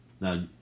Now